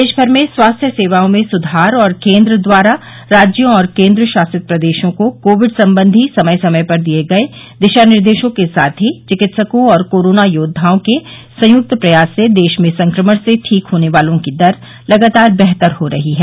देशमर में स्वास्थ्य सेवाओं में सुधार और केन्द्र द्वारा राज्यों और केन्द्र शासित प्रदेशों को कोविड सम्बन्धी समय समय पर दिये गये दिशा निर्देशों के साथ ही चिकित्सकों और कोरोना योद्वाओं के संयुक्त प्रयास से देश में संक्रमण से ठीक होने वालों की दर लगातार बेहतर हो रही है